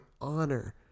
honor